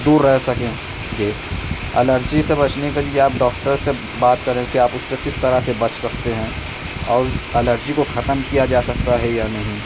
دور رہ سکیں گے الرجی سے بچنے کے لیے آپ ڈاکٹر سے بات کریں کہ آپ اس سے کس طرح سے بچ سکتے ہیں اور اس الرجی کو ختم کیا جا سکتا ہے یا نہیں